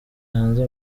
hanze